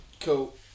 Cool